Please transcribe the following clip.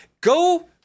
go